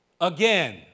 Again